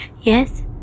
Yes